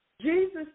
Jesus